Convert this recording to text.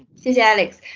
she's alex.